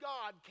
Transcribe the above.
God